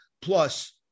plus